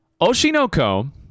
Oshinoko